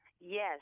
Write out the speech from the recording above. Yes